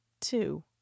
two